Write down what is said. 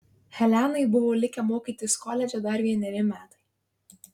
helenai buvo likę mokytis koledže dar vieneri metai